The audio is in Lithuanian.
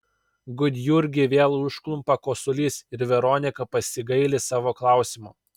gudjurgį vėl užklumpa kosulys ir veronika pasigaili savo klausimo